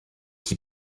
qui